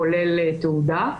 כולל תעודה.